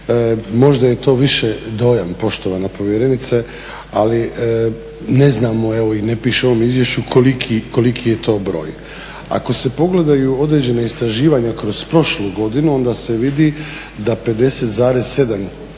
Možda je to više dojam poštovana povjerenice, ali ne znamo i ne piše u ovom izvješću koliki je to broj. Ako se pogledaju određena istraživanja kroz prošlu godinu onda se vidi da 57,4%